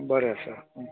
बरें आसा